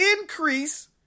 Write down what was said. increase